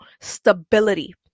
stability